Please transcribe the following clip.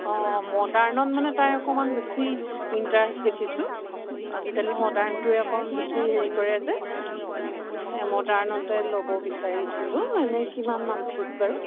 অঁ মডাৰ্ণত মানে তাই অকণমান বেছি ইণ্টাৰেষ্ট দেখিছোঁ আজিকালি মডাৰ্ণটোৱে অকণ বেছি হেৰি কৰে যে মডাৰ্ণতে ল'ব বিচাৰিছিলোঁ এনে কিমানমান ফিজ বাৰু